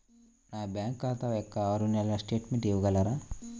నా బ్యాంకు ఖాతా యొక్క ఆరు నెలల స్టేట్మెంట్ ఇవ్వగలరా?